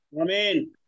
Amen